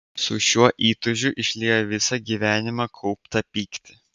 su šiuo įtūžiu išliejo visą gyvenimą kauptą pyktį